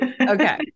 Okay